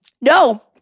no